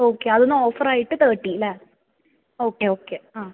okay അതൊന്ന് ഓഫറായിട്ട് thirty അല്ലെ ഓക്കെ ഓക്കെ ആ